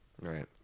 Right